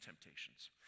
temptations